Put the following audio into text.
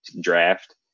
draft